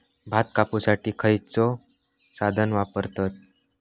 भात कापुसाठी खैयचो साधन वापरतत?